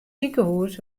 sikehûs